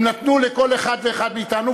הם נתנו לכל אחד ואחד מאתנו,